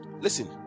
listen